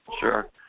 Sure